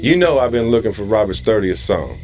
you know i've been looking for robbers thirty a song